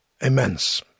immense